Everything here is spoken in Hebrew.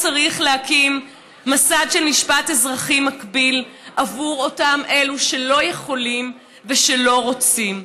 צריך להקים מסד של משפט אזרחי מקביל עבור אלו שלא יכולים ושלא רוצים.